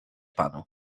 panu